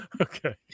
Okay